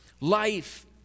Life